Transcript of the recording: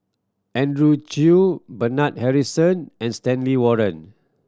Andrew Chew Bernard Harrison and Stanley Warren